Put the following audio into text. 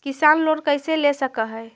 किसान लोन कैसे ले सक है?